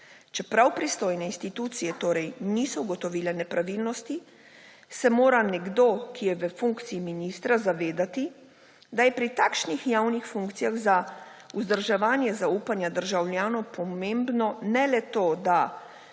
Čeprav pristojne institucije torej niso ugotovile nepravilnosti, se mora nekdo, ki je v funkciji ministra, zavedati, da je pri takšnih javnih funkcijah za vzdrževanje zaupanja državljanov pomembno ne le to, da